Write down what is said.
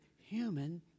human